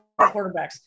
quarterbacks